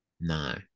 No